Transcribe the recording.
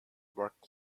worked